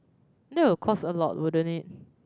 that would cost a lot wouldn't it